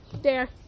dare